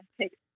take